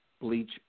bleach